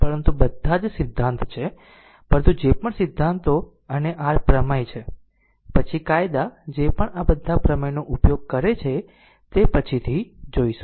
પરંતુ બધા જ સિદ્ધાંત છે પરંતુ જે પણ સિદ્ધાંતો અને r પ્રમેય છે પછી કાયદા જે પણ આ બધા પ્રમેયનો ઉપયોગ કરે છે તે પછીથી જોઈશું